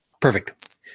perfect